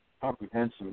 comprehensive